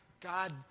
God